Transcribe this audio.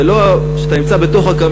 זה לא שאתה נמצא בתוך הקרב,